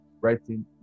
writing